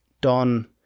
Don